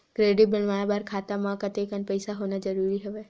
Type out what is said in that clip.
Credit बनवाय बर खाता म कतेकन पईसा होना जरूरी हवय?